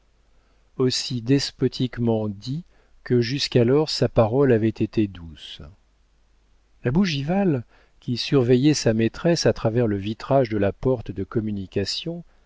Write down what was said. aussi despotiquement dit que jusqu'alors sa parole avait été douce la bougival qui surveillait sa maîtresse à travers le vitrage de la porte de communication